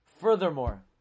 Furthermore